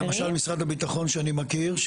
למשל משרד הביטחון שאני מכיר,